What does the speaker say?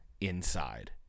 Inside